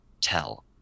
tell